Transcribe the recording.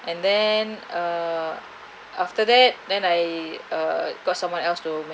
and then err after that then I uh got someone else to